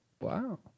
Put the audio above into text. Wow